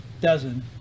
dozen